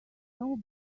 snow